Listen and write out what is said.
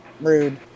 rude